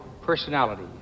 Personality